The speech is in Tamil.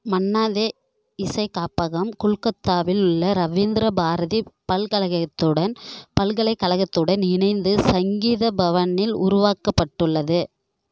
மன்னா தே இசை காப்பகம் கொல்கத்தாவில் உள்ள ரவீந்திர பாரதி பல்கலகேத்துடன் பல்கலைக்கழகத்துடன் இணைந்து சங்கீத பவனில் உருவாக்கப்பட்டுள்ளது